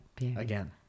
again